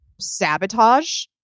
sabotage